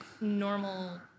normal